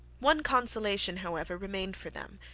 one consolation however remained for them,